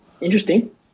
interesting